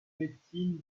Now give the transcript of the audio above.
médecine